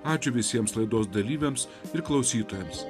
ačiū visiems laidos dalyviams ir klausytojams